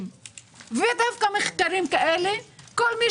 כפול ארבעה ליטר זה 24 שקל, פלוס מע"מ.